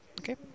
Okay